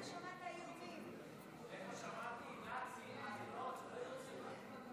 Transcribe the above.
אדוני יו"ר הכנסת, כנסת נכבדה,